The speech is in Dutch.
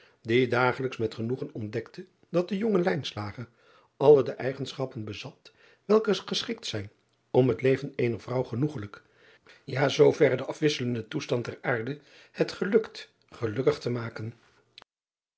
die dagelijks met genoegen ontdekte dat de jonge alle de eigenschappen bezat welke geschikt zijn om het leven eener vrouw genoegelijk ja zooverre de afwisselende toestand der aarde het gehengt gelukkig te maken